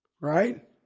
Right